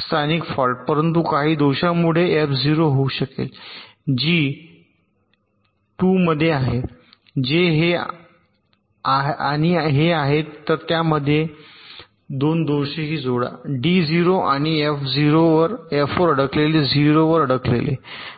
स्थानिक फॉल्ट परंतु काही दोषांमुळे एफ 0 होऊ शकेल जी 2 मध्ये आहे जे हे आणि हे आहेत तर त्यामध्ये 2 दोषही जोडा डी 0 आणि एफ वर अडकले 0 वर अडकले